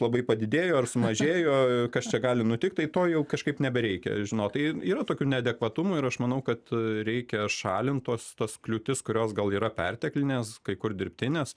labai padidėjo ar sumažėjo kas čia gali nutikt tai to jau kažkaip nebereikia žinot tai yra tokių neadekvatumų ir aš manau kad reikia šalint tuos tas kliūtis kurios gal yra perteklinės kai kur dirbtinės